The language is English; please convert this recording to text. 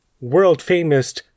world-famous